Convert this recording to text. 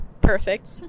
Perfect